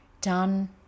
done